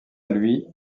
lui